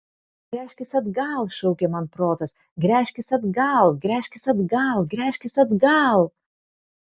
gręžkis atgal šaukė man protas gręžkis atgal gręžkis atgal gręžkis atgal